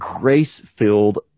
grace-filled